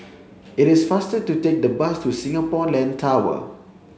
it is faster to take the bus to Singapore Land Tower